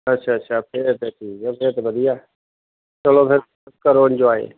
ਅੱਛਾ ਅੱਛਾ ਫਿਰ ਤਾਂ ਠੀਕ ਆ ਫਿਰ ਤਾਂ ਵਧੀਆ ਚਲੋ ਫਿਰ ਕਰੋ ਇੰਜੋਏ